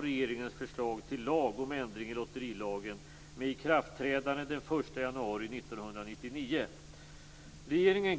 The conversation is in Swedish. Regeringen